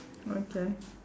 okay